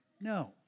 No